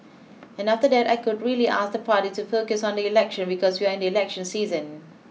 and after that I could really ask the party to focus on the election because we are in election season